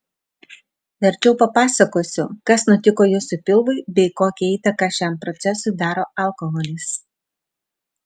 verčiau papasakosiu kas nutiko jūsų pilvui bei kokią įtaką šiam procesui daro alkoholis